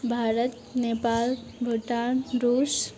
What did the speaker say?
भारत नेपाल भूटान रूस